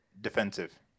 Defensive